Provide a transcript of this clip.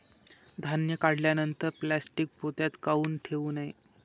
धान्य काढल्यानंतर प्लॅस्टीक पोत्यात काऊन ठेवू नये?